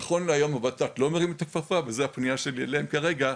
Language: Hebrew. נכון להיום הות"ת לא מרים את הכפפה וזו הפנייה שלי אליהם כרגע,